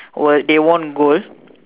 they won gold